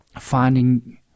finding